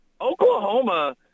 Oklahoma –